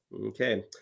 Okay